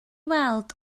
weld